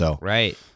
Right